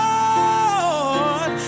Lord